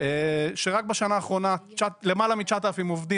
שרק בשנה האחרונה למעלה מ-9,000 עובדים,